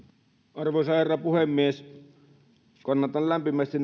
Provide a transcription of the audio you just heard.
arvoisa herra puhemies kannatan lämpimästi